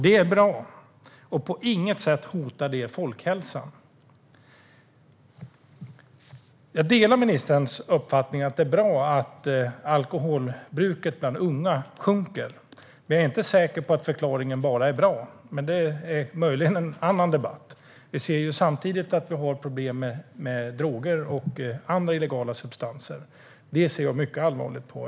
Det är bra, och det hotar på inget sätt folkhälsan. Jag delar ministerns uppfattning att det är bra att alkoholbruket bland unga sjunker. Men jag är inte säker på att förklaringen bara är bra. Det är möjligen en annan debatt. Vi ser samtidigt att vi har problem med droger och andra illegala substanser. Det ser jag mycket allvarligt på.